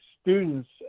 students